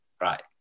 right